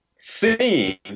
seeing